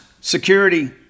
Security